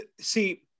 see